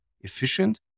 efficient